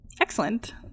Excellent